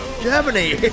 germany